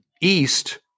east